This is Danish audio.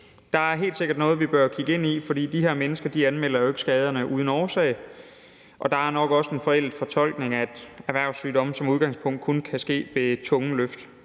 Der er helt sikkert noget, vi bør kigge ind i, for de her mennesker anmelder jo ikke skaderne uden en årsag. Der er nok også en forældet fortolkning af, at erhvervssygdomme som udgangspunkt kun kan ske ved tunge løft.